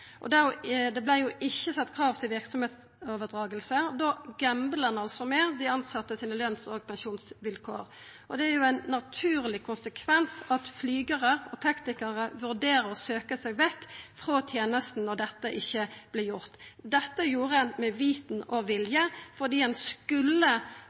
Det vart ikkje sett krav til verksemdsoverdraging, og då gamblar ein med dei tilsette sine løns- og pensjonsvilkår. Det er jo ein naturleg konsekvens at flygarar og teknikarar vurderer å søkja seg vekk frå tenesta når dette ikkje vart gjort. Dette gjorde ein med vitende og